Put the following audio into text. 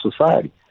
society